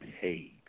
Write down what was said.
paid